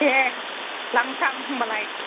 दे लांसां होमबालाय